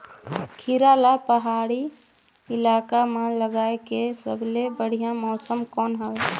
खीरा ला पहाड़ी इलाका मां लगाय के सबले बढ़िया मौसम कोन हवे?